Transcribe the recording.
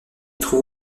trouve